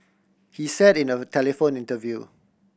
he said in a telephone interview